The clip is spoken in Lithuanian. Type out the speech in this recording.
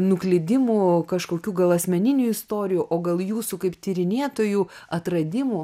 nuklydimų kažkokių gal asmeninių istorijų o gal jūsų kaip tyrinėtojų atradimų